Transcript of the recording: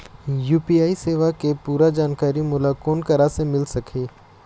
UPI सेवा के पूरा जानकारी मोला कोन करा से मिल सकही?